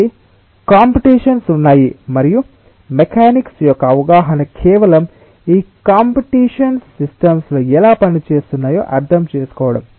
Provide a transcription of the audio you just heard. కాబట్టి కాంపిటీషన్స్ ఉన్నాయి మరియు మెకానిక్స్ యొక్క అవగాహన కేవలం ఈ కాంపిటీషన్స్ సిస్టం లో ఎలా పని చేస్తున్నాయో అర్థం చేసుకోవడం